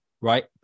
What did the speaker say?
right